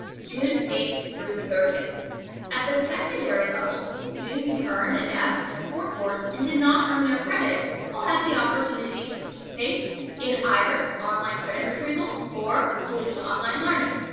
june eighth through the thirtieth at the secondary level students who earned an f in a core course and did not earn their credit will have the opportunity to participate in either online credit, retrieval or volusia online learning.